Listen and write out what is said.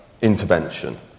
intervention